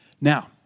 Now